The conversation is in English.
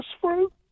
fruit